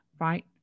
right